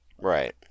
Right